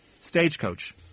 Stagecoach